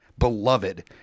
beloved